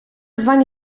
звані